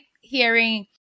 hearing